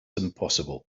impossible